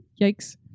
Yikes